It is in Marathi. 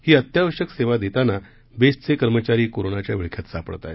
ही अत्यावश्यक सेवा देताना बेस्टचे कर्मचारी कोरोनाच्या विळख्यात सापडत आहेत